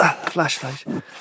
flashlight